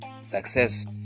success